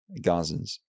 Gazans